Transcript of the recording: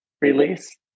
release